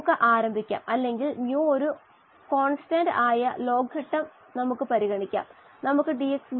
ആദ്യം നാം ബ്രോത്തിൽ നിന്ന് എല്ലാ ഓക്സിജനും നീക്കം ചെയ്യണം അത് ചെയ്യാൻ നൈട്രജൻ ബബിൾ ചെയ്യണം ബ്രോത്ത് വഴി